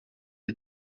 des